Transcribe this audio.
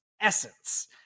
essence